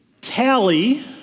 Tally